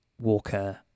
Walker